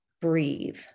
Breathe